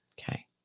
Okay